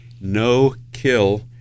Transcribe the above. no-kill